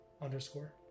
underscore